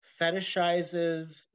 fetishizes